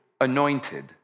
anointed